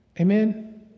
Amen